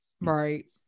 right